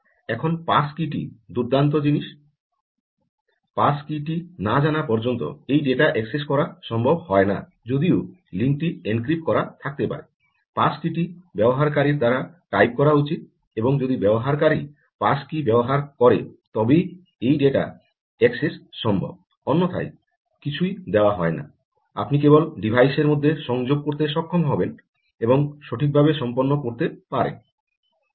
এখন passkey টি দুর্দান্ত জিনিস পাস কী টি না জানা পর্যন্ত এই ডেটা অ্যাক্সেস করা সম্ভব হয় না যদিও লিঙ্কটি এনক্রিপ্ট করা থাকতে পারে পাস কী টি ব্যবহারকারীর দ্বারা টাইপ করা উচিত এবং যদি ব্যবহারকারী পাস কী ব্যবহার করে তবেই এই ডেটা অ্যাক্সেস সম্ভব অন্যথায় কিছুই দেওয়া হয় না আপনি কেবল ডিভাইসের মধ্যে সংযোগ করতে সক্ষম হবেন এবং সঠিকভাবে সম্পন্ন করতে পারেন